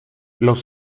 los